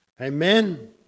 Amen